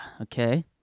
okay